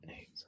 eight